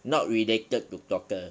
not related to doctor